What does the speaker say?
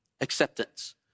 acceptance